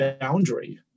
boundary